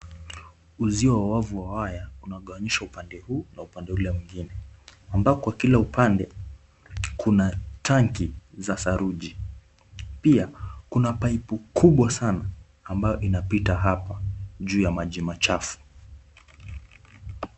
Uzio wa wavu wa waya unagawanyisha upande huu na upande ule mwingine ambao kwa kila upande kuna tanki za saruji, pia kuna paipu kubwa sana ambayo inapita hapa juu ya maji machafu.